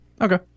Okay